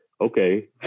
okay